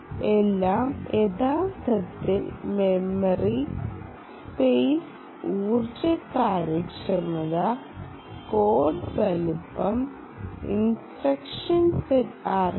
എല്ലാം യഥാർത്ഥത്തിൽ memory space ഊർജ്ജ കാര്യക്ഷമത കോഡ് വലുപ്പം ഇൻസ്ട്രക്ഷൻ സെറ്റ് ആർക്കിടെക്ചർ തുടങ്ങിയവയുമായി ബന്ധപ്പെട്ടിരിക്കുന്നു